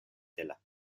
tela